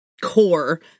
core